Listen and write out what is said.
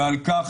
ועל-כך,